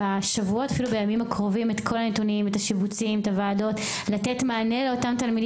(אומרת דברים בשפת הסימנים, להלן תרגומם: